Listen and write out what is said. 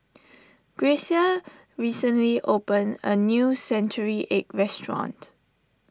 Grecia recently opened a new Century Egg restaurant